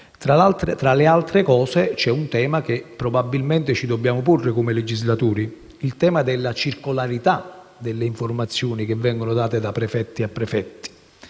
Tra le altre cose, c'è un tema che probabilmente ci dobbiamo porre come legislatori, quello cioè della circolarità delle informazioni date da prefetti ad altri prefetti.